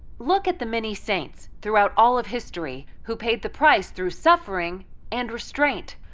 look at the many saints throughout all of history who paid the price through suffering and restraint,